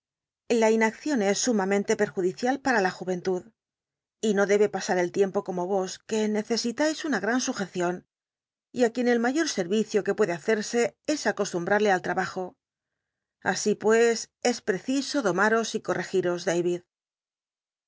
la inaccion es sumamente perjudicial para la jtnentud y no debe pasm su tiempo como os que ncccsitais de una gran sujccion y á quien el mayor sc r'icio que se es acostumbl'allc al tnlbajo asi pues es preciso doma ros y cottegi os